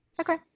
Okay